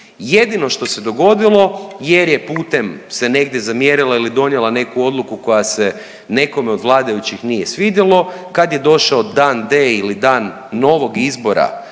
Jedino što se dogodilo jer je pute se negdje zamjerila ili donijela neku odluku koja se nekome od vladajućih nije svidjelo, kad je došao dan D ili dan novog izbora